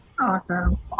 Awesome